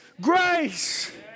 grace